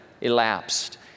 elapsed